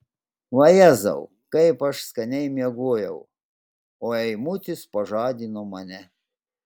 vajezau kaip aš skaniai miegojau o eimutis pažadino mane